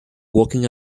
walking